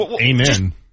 Amen